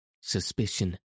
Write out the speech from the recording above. suspicion